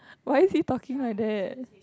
why is he talking like that